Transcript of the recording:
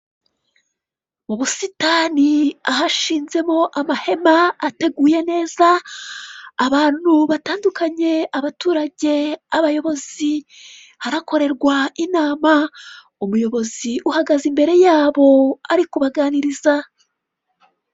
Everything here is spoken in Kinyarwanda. Ubusitani ahashinzemo amahema ateguye neza, abantu batandukanye abaturage, abayabozi, harakorerwa inama, umuyobozi uhagaze imbere yabo ari kubaganiriza.